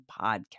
Podcast